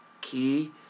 Key